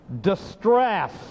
distress